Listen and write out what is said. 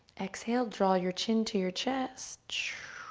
exhale, draw your chin to your chest